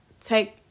take